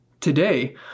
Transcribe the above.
Today